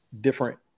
different